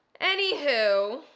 Anywho